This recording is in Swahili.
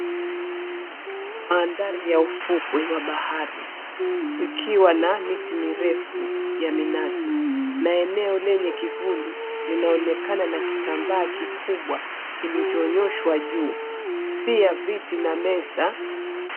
Mandhari ya ufukwe wa bahari ikiwa na miti mirefu ya minazi na eneo lenye kivuli linaonekana na kitambaa kikubwa kilichonyoshwa juu pia viti na meza.